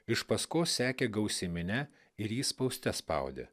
iš paskos sekė gausi minia ir jį spauste spaudė